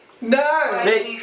No